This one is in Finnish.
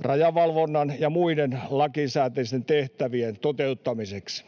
rajavalvonnan ja muiden lakisääteisten tehtävien toteuttamiseksi.